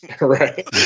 right